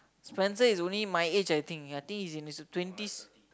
Spencer is only my age I think I think he's in his twenties